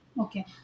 okay